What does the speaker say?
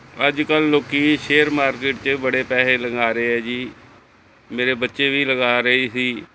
ਅੱਜ ਕੱਲ ਲੋਕ ਸ਼ੇਅਰ ਮਾਰਕੀਟ 'ਚ ਬੜੇ ਪੈਸੇ ਲਗਾ ਰਹੇ ਆ ਜੀ ਮੇਰੇ ਬੱਚੇ ਵੀ ਲਗਾ ਰਹੇ ਸੀ